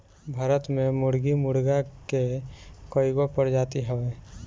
भारत में मुर्गी मुर्गा के कइगो प्रजाति हवे